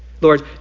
Lord